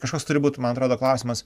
kažkoks turi būt man atrodo klausimas